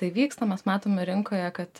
tai vyksta mes matom rinkoje kad